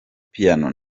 piano